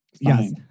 Yes